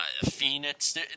Phoenix